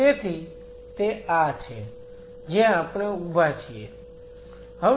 તેથી તે આ છે જ્યાં આપણે ઊભા છીએ